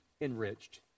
enriched